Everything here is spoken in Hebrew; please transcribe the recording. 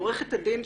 עורכת הדין,